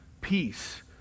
peace